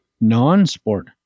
non-sport